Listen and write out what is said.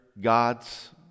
gods